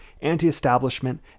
anti-establishment